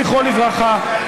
זכרו לברכה,